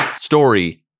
story